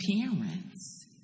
parents